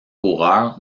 coureur